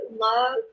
love